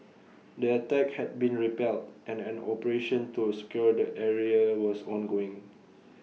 the attack had been repelled and an operation to secure the area was ongoing